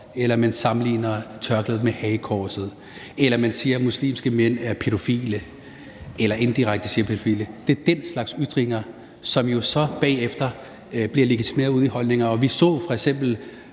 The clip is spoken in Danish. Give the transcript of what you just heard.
eller man sammenligner tørklædet med hagekorset eller man siger, at muslimske mænd er pædofile, eller at man indirekte siger det. Det er den slags ytringer, som jo så bagefter bliver legitimeret ude i form af holdninger. I forbindelse